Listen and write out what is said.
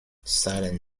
silent